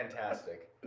fantastic